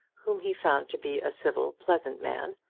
whom he found to be a civil pleasant man,